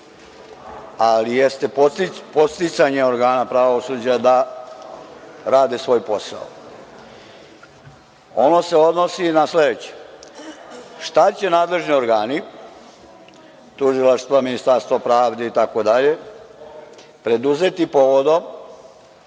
ali jeste podsticanje organa pravosuđa da rade svoj posao. Ono se odnosi na sledeće – šta će nadležni organi, tužilaštva, Ministarstvo pravde, itd, preduzeti povodom